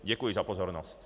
Děkuji za pozornost.